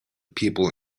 people